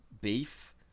beef